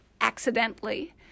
accidentally